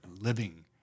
living